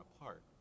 apart